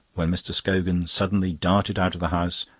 when mr. scogan suddenly darted out of the house,